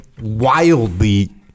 wildly